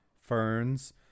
ferns